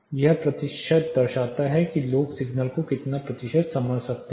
यह प्रतिशत दर्शाता है कि लोग सिग्नल का कितना प्रतिशत समझ सकते हैं